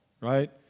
right